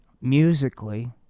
Musically